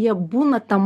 jie būna tam